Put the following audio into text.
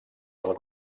del